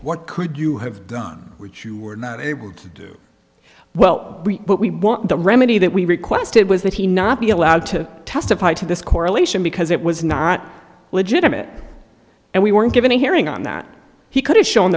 what could you have done which you were not able to do well but we want the remedy that we requested was that he not be allowed to testify to this correlation because it was not legitimate and we weren't given a hearing on that he could have shown